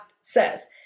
says